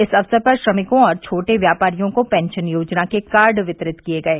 इस अवसर पर श्रमिकों और छोटे व्यापारियों को पेंशन योजना के कार्ड वितरित किये गये